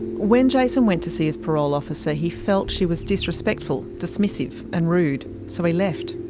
when jason went to see his parole officer, he felt she was disrespectful, dismissive and rude. so he left.